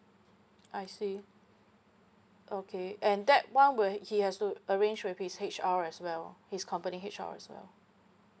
I see okay and that one will he has to arrange with his H_R as well his company H_R as well